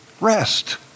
rest